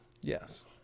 Yes